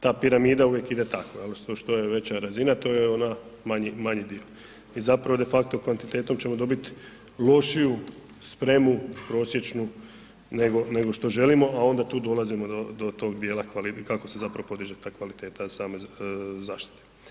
Ta piramida uvijek ide tako, jel, odnosno što je veća razina, to je ona manji dio i zapravo de facto kvantitetom ćemo dobiti lošiju spremu prosječnu nego što želimo a onda tu dolazimo do tog djela kako se zapravo podiže ta kvaliteta same zaštite.